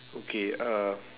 okay uh